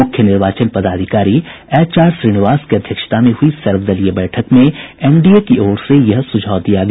मुख्य निर्वाचन पदाधिकारी एचआर श्रीनिवास की अध्यक्षता में हुई सर्वदलीय बैठक में एनडीए की ओर से यह सुझाव दिया गया